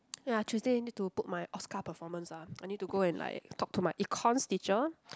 ya Tuesday need to book my Oscar performance ah I need to go and like talk to my Econs teacher